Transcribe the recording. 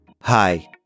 Hi